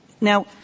Now